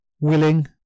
willing